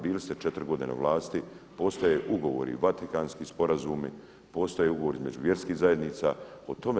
Bili ste 4 godine na vlasti, postoje ugovori i Vatikanski sporazumi, postoje ugovori između vjerskih zajednica o tome.